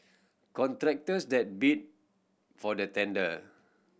contractors that bid for the tender